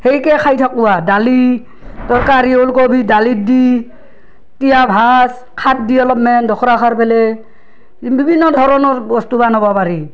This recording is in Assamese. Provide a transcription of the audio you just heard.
সেয়াকে খাই থাকো আৰু দালি তৰকাৰী ওলকবি দালিত দি তিয়ঁহ ভাজ খাৰ দি অলপমান দোখৰা খাৰ ফেলে বিভিন্ন ধৰণৰ বস্তু বনাব পাৰি